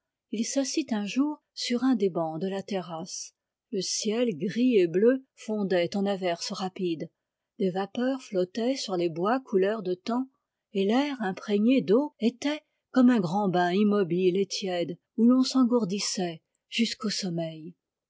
il s'assit un jour sur un des bancs de la terrasse le ciel gris et bleu fondait en averses rapides des vapeurs flottaient sur les bois couleur de tan et l'air imprégné d'eau était comme un grand bain immobile et tiède où l'on s'engourdissait jusqu'au sommeil